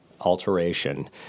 alteration